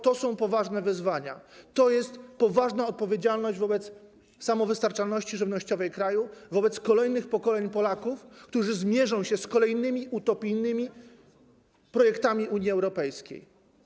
To są poważne wyzwania, to jest poważna odpowiedzialność wobec samowystarczalności żywnościowej kraju, wobec kolejnych pokoleń Polaków, którzy zmierzą się z kolejnymi utopijnymi projektami Unii Europejskiej.